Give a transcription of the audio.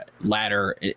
ladder